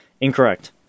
Incorrect